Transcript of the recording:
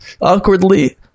awkwardly